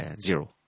zero